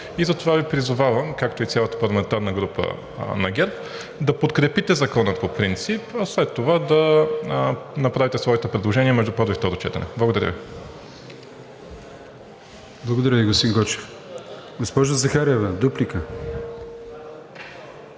и затова Ви призовавам, както и цялата парламентарна група на ГЕРБ, да подкрепите Закона по принцип, а след това да направите своите предложения между първо и второ четене. Благодаря Ви. ПРЕДСЕДАТЕЛ АТАНАС АТАНАСОВ: Благодаря Ви, господин Гочев. Госпожо Захариева, дуплика?